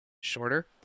shorter